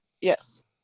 Yes